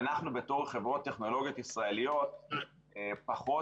ואנחנו בתור חברות טכנולוגיות ישראליות פחות